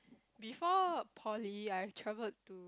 before poly I've travelled to